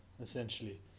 essentially